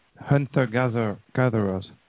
hunter-gatherers